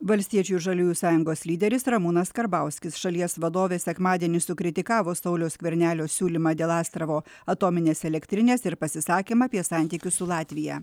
valstiečių ir žaliųjų sąjungos lyderis ramūnas karbauskis šalies vadovė sekmadienį sukritikavo sauliaus skvernelio siūlymą dėl astravo atominės elektrinės ir pasisakymą apie santykius su latvija